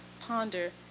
ponder